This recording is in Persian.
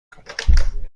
کنیم